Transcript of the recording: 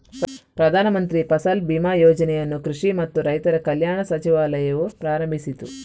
ಪ್ರಧಾನ ಮಂತ್ರಿ ಫಸಲ್ ಬಿಮಾ ಯೋಜನೆಯನ್ನು ಕೃಷಿ ಮತ್ತು ರೈತರ ಕಲ್ಯಾಣ ಸಚಿವಾಲಯವು ಪ್ರಾರಂಭಿಸಿತು